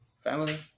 family